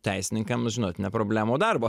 teisininkam žinot ne problemų o darbo